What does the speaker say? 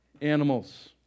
animals